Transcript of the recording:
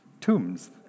Tombs